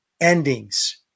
endings